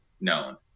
known